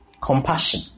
Compassion